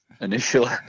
initially